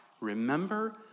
remember